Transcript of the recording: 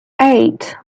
eight